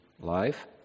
life